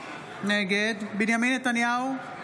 נגד בנימין נתניהו,